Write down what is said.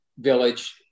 village